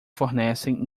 fornecem